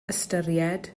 ystyried